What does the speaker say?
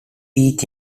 each